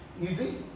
Easy